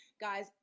Guys